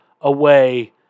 away